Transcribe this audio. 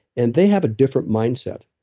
and they have a different mindset.